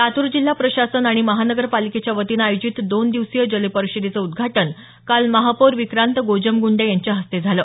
लातूर जिल्हा प्रशासन आणि महानगरपालिकेच्या वतीनं आयोजित दोन दिवसीय जल परिषदेचं उद्घाटन काल महापौर विक्रांत गोजमगुंडे यांच्या हस्ते झालं